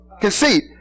Conceit